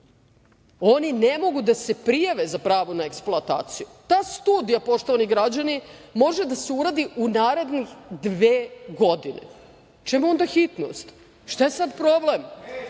oni ne mogu da se prijave za pravo na eksploataciju. Ta studija, poštovani građani, može da se uradi u narednih dve godine. Čemu onda hitnost? Šta je sad problem?